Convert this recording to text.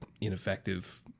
ineffective